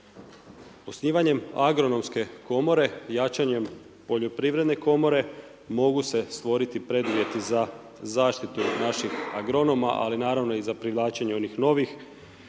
Osnivanje agronomske komore i jačanjem Poljoprivredne komore, mogu se stvoriti preduvjeti za zaštitu naših agronoma ali naravno i za privlačenje onih novih.